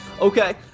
okay